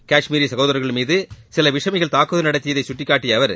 காஷ்மீரி சகோதரர்கள் மீது சில விஷமிகள் தாக்குதல் நடத்தியதை சுட்டிக்காட்டிய அவர்